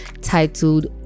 titled